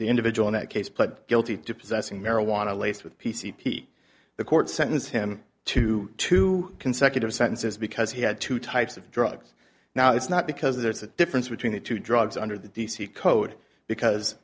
the individual in that case pled guilty to possessing marijuana laced with p c p the court sentenced him to two consecutive sentences because he had two types of drugs now it's not because there's a difference between the two drugs under the d c code because